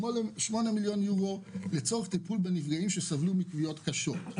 מיליוני יורו לצורך טיפול בנפגעים שסבלו מכוויות קשות.